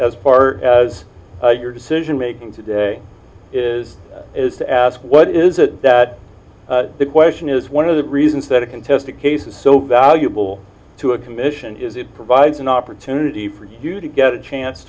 as far as your decision making today is is to ask what is it that the question is one of the reasons that a contested case is so valuable to a commission is it provides an opportunity for you to get a chance